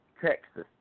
Texas